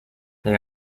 they